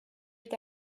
est